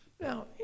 Now